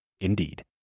Indeed